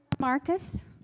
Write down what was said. Marcus